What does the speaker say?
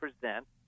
present